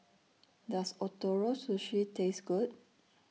Does Ootoro Sushi Taste Good